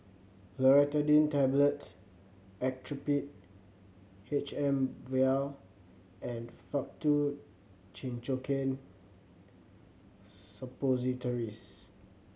Loratadine Tablets Actrapid H M Vial and Faktu Cinchocaine Suppositories